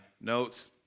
notes